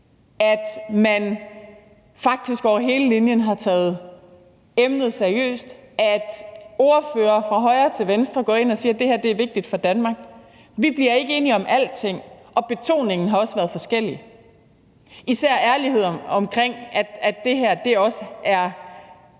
at man faktisk over hele linjen har taget emnet seriøst, og at ordførere fra højre til venstre går ind og siger, at det her er vigtigt for Danmark. Vi bliver ikke enige om alting, og betoningen har også været forskellig, og især ærligheden omkring, at det her også er